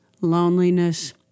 Loneliness